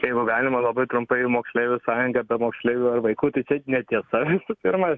jeigu galima labai trumpai moksleivių sąjunga be moksleivių ar vaikų tai čia netiesa visų pirma